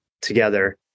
together